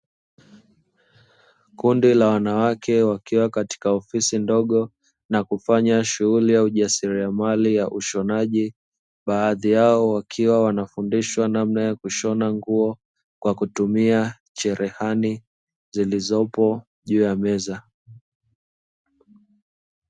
Kundi la wanawake wakiwa katika ofisi ndogo na kufanya shughuli ya ujasiliamali na ushonaji, baadhi yao wakiwa wanafundishwa namna ya kushona nguo kwa kutumia cherehani zilizopo juu ya meza.